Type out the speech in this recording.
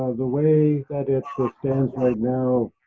ah the way that it so stands right now,